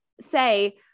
say